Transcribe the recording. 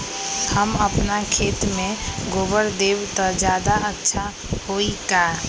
हम अपना खेत में गोबर देब त ज्यादा अच्छा होई का?